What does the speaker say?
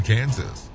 Kansas